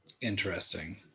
interesting